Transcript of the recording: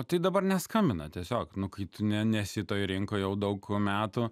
o tai dabar neskambina tiesiog nu kai tu ne nesi toj rinkoj jau daug metų